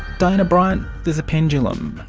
diana bryant, there's a pendulum.